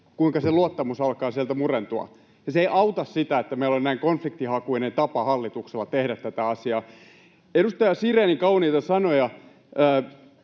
kuinka se luottamus alkaa sieltä murentua. Ja se ei auta sitä, että meillä on näin konfliktihakuinen tapa hallituksella tehdä tätä asiaa. [Vasemmalta: Juuri näin!]